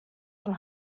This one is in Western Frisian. fan